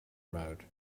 mode